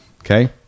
okay